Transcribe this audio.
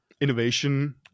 innovation